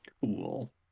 Cool